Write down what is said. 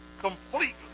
Completely